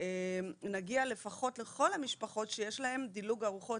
שנגיע לפחות לכל המשפחות שיש להן דילוג ארוחות,